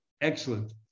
Excellent